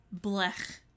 Blech